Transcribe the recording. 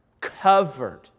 Covered